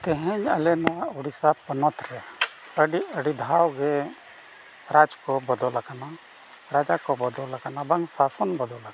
ᱛᱮᱦᱮᱸᱧ ᱟᱞᱮ ᱱᱚᱣᱟ ᱩᱲᱤᱥᱥᱟ ᱯᱚᱱᱚᱛ ᱨᱮ ᱟᱹᱰᱤ ᱟᱹᱰᱤ ᱫᱷᱟᱣ ᱜᱮ ᱨᱟᱡᱽ ᱠᱚ ᱵᱚᱫᱚᱞ ᱟᱠᱟᱱᱟ ᱨᱟᱡᱟ ᱠᱚ ᱵᱚᱫᱚᱞ ᱟᱠᱟᱱᱟ ᱵᱟᱝ ᱥᱟᱥᱚᱱ ᱵᱚᱫᱚᱞ ᱟᱠᱟᱱᱟ